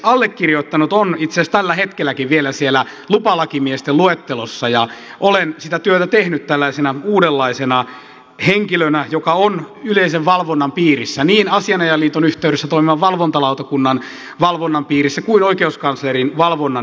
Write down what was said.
allekirjoittanut on itse asiassa tällä hetkelläkin vielä siellä lupalakimiesten luettelossa ja olen sitä työtä tehnyt tällaisena uudenlaisena henkilönä joka on yleisen valvonnan piirissä niin asianajajaliiton yhteydessä toimivan valvontalautakunnan valvonnan piirissä kuin oikeuskanslerin valvonnan piirissä